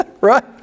Right